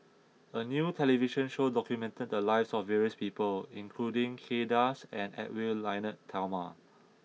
a new television show documented the lives of various people including Kay Das and Edwy Lyonet Talma